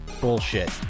bullshit